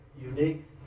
unique